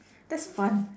that's fun